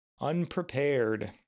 unprepared